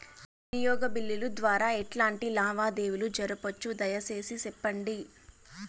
వినియోగ బిల్లుల ద్వారా ఎట్లాంటి లావాదేవీలు జరపొచ్చు, దయసేసి సెప్పండి?